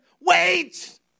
Wait